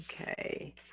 Okay